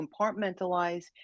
compartmentalize